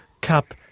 Cup